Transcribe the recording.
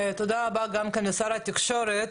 תודה רבה גם כן לשר התקשורת.